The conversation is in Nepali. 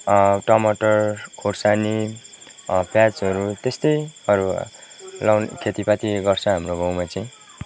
टमटर खोर्सानी प्याजहरू त्यस्तैहरू लाउ खेतीपाती गर्छ हाम्रो गाँउमा चाहिँ